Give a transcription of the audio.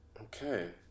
Okay